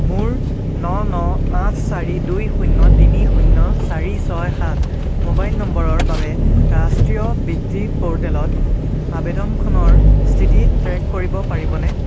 মোৰ ন ন আঠ চাৰি দুই শূন্য তিনি শূন্য চাৰি ছয় সাত মোবাইল নম্বৰৰ বাবে ৰাষ্ট্ৰীয় বৃত্তি প'ৰ্টেলত আবেদনখনৰ স্থিতি ট্ৰেক কৰিব পাৰিবনে